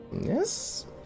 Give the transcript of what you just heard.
Yes